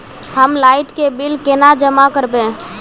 हम लाइट के बिल केना जमा करबे?